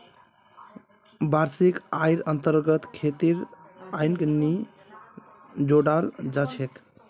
वार्षिक आइर अन्तर्गत खेतीर आइक नी जोडाल जा छेक